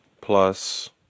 Plus